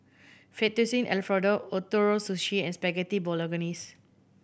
Fettuccine Alfredo Ootoro Sushi and Spaghetti Bolognese